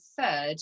third